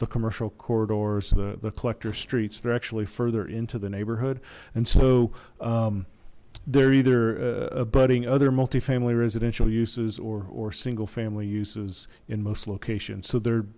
the commercial corridors the collector streets they're actually further into the neighborhood and so they're either abutting other multi family residential uses or single family uses in most locations so they're